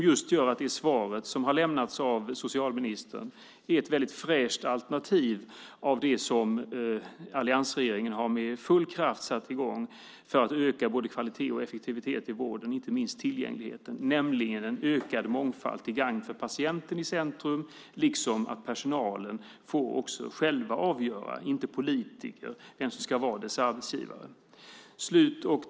Det svar som har lämnats av socialministern visar på ett mycket fräscht alternativ. Alliansregeringen har med full kraft satt i gång att öka både kvalitet och effektivitet i vården och inte minst tillgängligheten. Det innebär en ökad mångfald till gagn för patienten i centrum. Personalen får också själv avgöra vem som ska vara dess arbetsgivare och inte politiker.